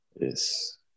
Yes